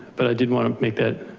but i did want to make that.